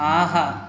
ஆஹா